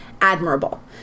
admirable